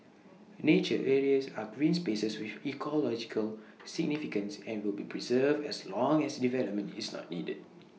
nature areas are green spaces with ecological significance and will be preserved as long as development is not needed